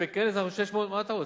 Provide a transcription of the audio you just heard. בכנס נכחו 600, מה אתה רוצה?